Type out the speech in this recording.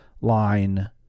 line